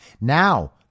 Now